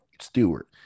Stewart